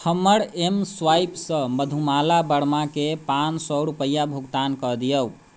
हमर एमस्वाइप सँ मधुमाला वर्माके पाँच सए रूपैआ भुगतान कऽ दियौ